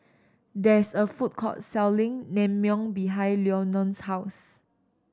there is a food court selling Naengmyeon behind Lenon's house